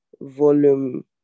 Volume